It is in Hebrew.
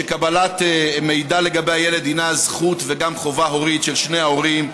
שקבלת מידע לגבי הילד הינה זכות וגם חובה הורית של שני ההורים,